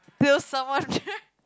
till someone